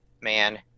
Man